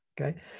Okay